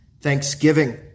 Thanksgiving